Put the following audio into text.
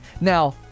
Now